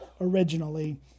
originally